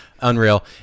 Unreal